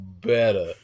better